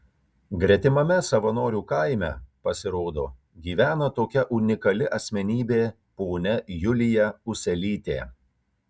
gretimame savanorių kaime pasirodo gyveno tokia unikali asmenybė ponia julija uselytė